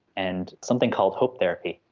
and something called hope therapy.